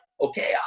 okay